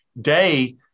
day